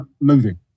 moving